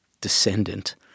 descendant